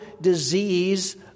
disease